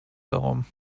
darum